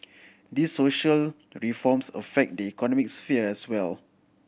these social reforms affect the economic sphere as well